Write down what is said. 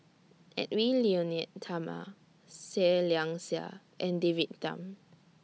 Edwy Lyonet Talma Seah Liang Seah and David Tham